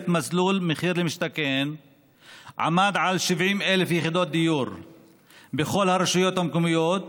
מסלול מחיר למשתכן עמד על 70,000 יחידות דיור בכל הרשויות המקומיות,